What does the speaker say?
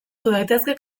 daitezke